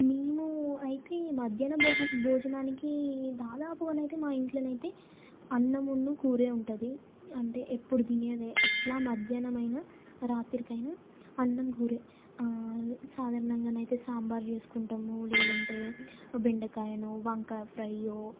మేము అయితే మధ్యానం భోజనానికి దాదాపుగానైతే మా ఇంట్లో నైతే అన్నామును కూరే ఉంటుంది అంటే ఎప్పుడు తినేదే ఇట్లా మధ్యాహ్నమైన రాత్రికైనా అన్నం కూరే ఆ సాధారణంగా అయితే సాంబార్ చేసుకుంటాము లేదంటే బెండకాయను వంకాయను ఫ్రైయో